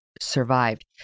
survived